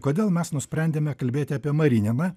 kodėl mes nusprendėme kalbėti apie marininą